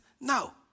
No